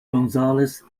gonzales